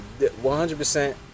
100%